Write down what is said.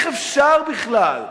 איך אפשר בכלל?